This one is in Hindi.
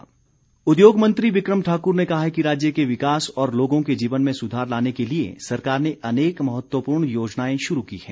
बिक्रम ठाकुर उद्योग मंत्री बिक्रम ठाकुर ने कहा है कि राज्य के विकास और लोगों के जीवन में सुधार लाने के लिए सरकार ने अनेक महत्वपूर्ण योजनाएं शुरू की हैं